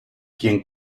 quien